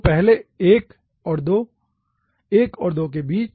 तो पहले 1 और 2 1 और 2 के बीच